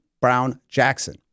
Brown-Jackson